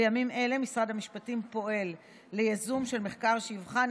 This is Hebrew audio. בימים אלה משרד המשפטים פועל לייזום של מחקר שיבחן